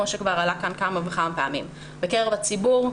כמו שכבר עלה כאן כבר כמה וכמה פעמים בקרב הציבור,